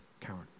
Karen